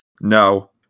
No